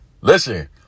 Listen